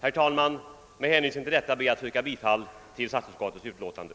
Jag ber att få yrka bifall till utskottets hemställan.